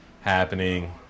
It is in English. happening